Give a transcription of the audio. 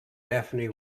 daphne